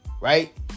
right